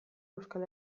euskal